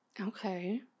Okay